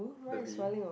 the bee